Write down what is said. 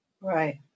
Right